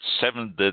Seven